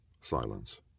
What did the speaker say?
Silence